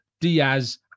diaz